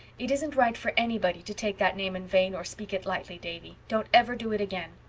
it isn't right for anybody to take that name in vain or speak it lightly, davy. don't ever do it again.